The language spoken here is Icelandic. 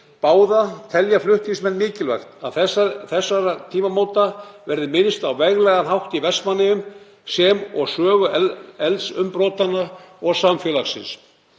báða telja flutningsmenn mikilvægt að þessara tímamóta verði minnst á veglegan hátt í Vestmannaeyjum sem og sögu eldsumbrotanna og samfélagsins.